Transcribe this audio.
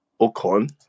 Ocon